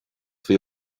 faoi